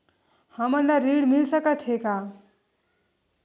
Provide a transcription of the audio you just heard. हमन ला ऋण मिल सकत हे का?